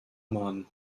mann